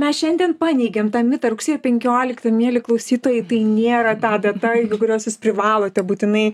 mes šiandien paneigėm tą mitą rugsėjo penkiolikta mieli klausytojai tai nėra ta data iki kurios jūs privalote būtinai